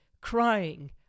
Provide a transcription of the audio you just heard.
crying